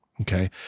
Okay